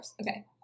Okay